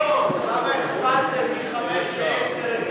לא, למה הכפלתם מחמש לעשר, ?